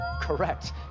Correct